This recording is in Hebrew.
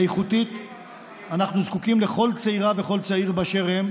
איכותית אנחנו זקוקים לכל צעירה ולכל צעיר באשר הם,